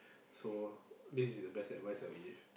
so this is the best advice I would give